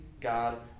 God